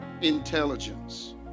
intelligence